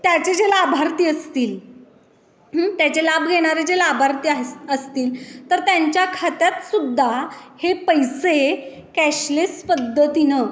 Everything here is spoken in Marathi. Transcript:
त्याचे जे लाभार्थी असतील त्याचे लाभ घेणारे जे लाभार्थी अस असतील तर त्यांच्या खात्यात सुद्धा हे पैसे कॅशलेस पद्धतीनं